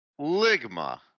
Ligma